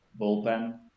bullpen